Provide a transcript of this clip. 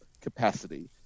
capacity